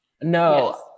No